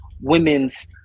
women's